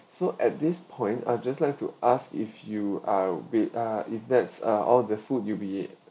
so at this point I just like to ask if you are bit ah if that's ah all the food you be